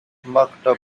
maktub